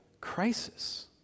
crisis